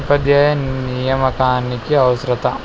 ఉపాధ్యాయ నియమకానికి అవసరత